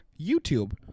YouTube